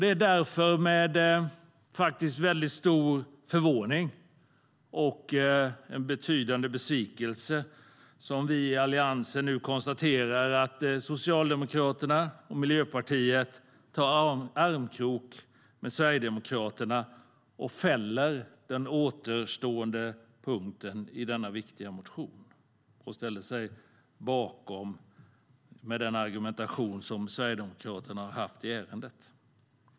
Det är därför med stor förvåning och en betydande besvikelse vi i Alliansen nu konstaterar att Socialdemokraterna och Miljöpartiet tar armkrok med Sverigedemokraterna och fäller den återstående punkten i denna viktiga motion och ställer sig bakom med den argumentation som Sverigedemokraterna har haft i ärendet.